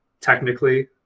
technically